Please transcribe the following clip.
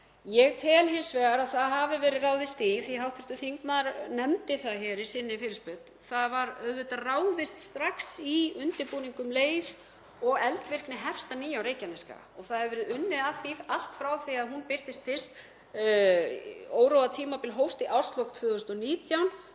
Ég tel hins vegar að það hafi verið ráðist í — af því að hv. þingmaður nefndi það í sinni fyrirspurn — það var auðvitað ráðist strax í undirbúning um leið og eldvirkni hófst að nýju á Reykjanesskaga, og það hefur verið unnið að því allt frá því að hún birtist fyrst. Óróatímabil hófst í árslok 2019.